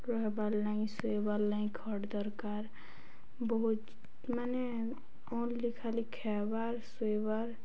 ରହବାର୍ ଲାଗି ଶୋଇବାର୍ ଲାଗି ଖଟ୍ ଦରକାର ବହୁତ ମାନେ ଓନ୍ଲି ଖାଲି ଖାଇବାର୍ ଶୋଇବାର୍